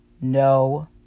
No